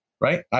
right